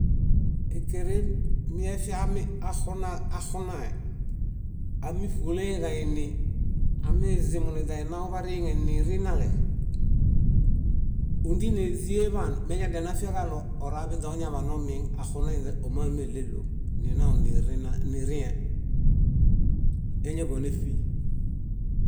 . Ékeren miefiami, axuna axunae, ámiṗulẽheġaini azumuniźaninaw bariŋe nirinale, óndinesieḃaan meñaḃanefiaġaɭo oraḃinźe oñaḃanomieŋ axunainźe ómameɭelo. Ninaw nirĩhe. Éñaḃaneṗi.